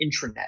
intranet